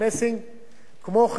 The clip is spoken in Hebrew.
אני חייב להודות,